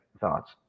thoughts